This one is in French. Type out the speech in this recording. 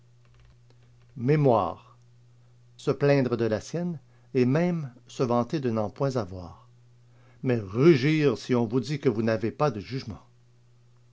mémoire se plaindre de la sienne et même se vanter de n'en pas avoir mais rugir si on vous dit que vous n'avez pas de jugement